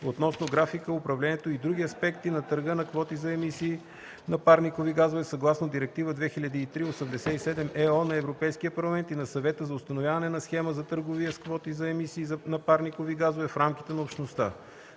относно графика, управлението и други аспекти на търга на квоти за емисии на парникови газове съгласно Директива 2003/87/ЕО на Европейския парламент и на Съвета за установяване на схема за търговия с квоти за емисии на парникови газове в рамките на Общността;